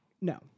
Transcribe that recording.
No